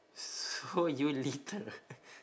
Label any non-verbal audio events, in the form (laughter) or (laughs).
so you litter (laughs)